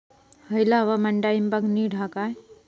हयला हवामान डाळींबाक नीट हा काय?